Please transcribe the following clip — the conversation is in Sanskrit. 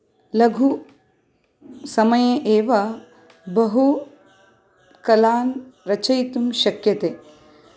लघु समये एव बहू कलान् रचयितुं शक्यते